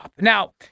Now